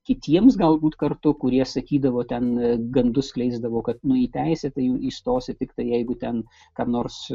kitiems galbūt kartu kurie sakydavo ten gandus skleisdavo kad nu į teisę tai jau įstosi tiktai jeigu ten kam nors